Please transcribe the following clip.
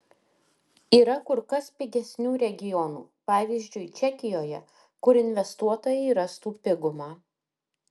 yra kur kas pigesnių regionų pavyzdžiui čekijoje kur investuotojai rastų pigumą